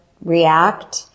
react